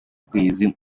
ukwezi